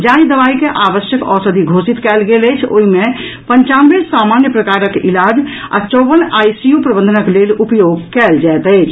जाहि दवाई के आवश्यक औषधि घोषित कयल गेल अछि ओहि मे पंचानवे सामान्य प्रकारक इलाज आ चौवन आईसीयू प्रबंधनक लेल उपयोग कयल जायत अछि